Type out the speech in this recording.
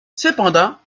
cependant